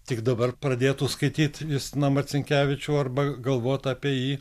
tik dabar pradėtų skaityt justiną marcinkevičių arba galvot apie jį